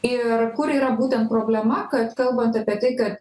ir kur yra būtent problema kad kalbant apie tai kad